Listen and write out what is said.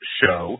show